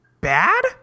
bad